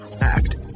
Act